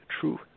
true